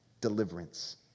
Deliverance